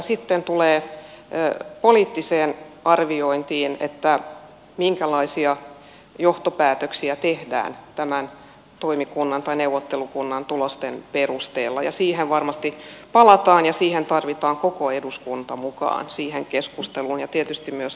sitten tulee poliittiseen arviointiin minkälaisia johtopäätöksiä tehdään tämän neuvottelukunnan tulosten perusteella ja siihen varmasti palataan ja siihen keskusteluun tarvitaan koko eduskunta mukaan ja tietysti myös kansalaiset